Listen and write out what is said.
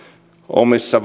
omissa